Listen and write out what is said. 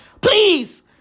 Please